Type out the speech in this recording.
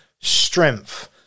strength